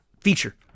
feature